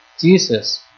Jesus